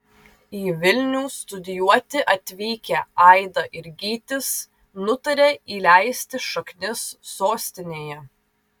į vilnių studijuoti atvykę aida ir gytis nutarė įleisti šaknis sostinėje